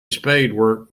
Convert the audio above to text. spadework